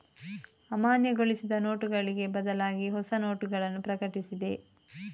ಅಮಾನ್ಯಗೊಳಿಸಿದ ನೋಟುಗಳಿಗೆ ಬದಲಾಗಿಹೊಸ ನೋಟಗಳನ್ನು ಪ್ರಕಟಿಸಿದೆ